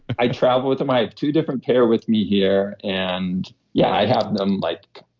i travel with them. i had two different pair with me here. and yeah, i have them like